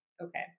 Okay